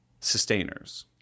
sustainers